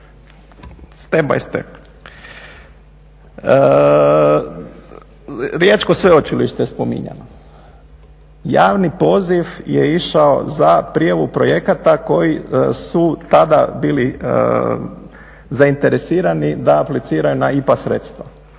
Step by step. Riječko sveučilište je spominjano. Javni poziv je išao za prijavu projekata koji su tada bili zainteresirani da apliciraju na IPA sredstva